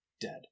dead